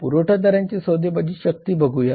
पुरवठादारांची सौदेबाजी शक्ती बघूया